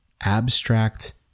abstract